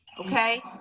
Okay